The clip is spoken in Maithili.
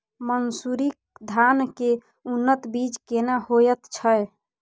मन्सूरी धान के उन्नत बीज केना होयत छै?